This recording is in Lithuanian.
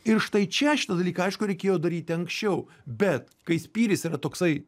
ir štai čia šitą dalyką aišku reikėjo daryti anksčiau bet kai spyris yra toksai